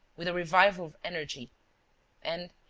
with a revival energy and,